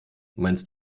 meinst